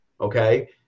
okay